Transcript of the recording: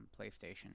PlayStation